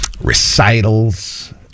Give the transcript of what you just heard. recitals